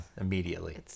immediately